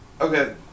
okay